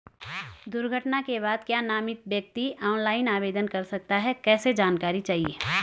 दुर्घटना के बाद क्या नामित व्यक्ति ऑनलाइन आवेदन कर सकता है कैसे जानकारी चाहिए?